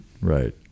right